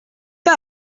pas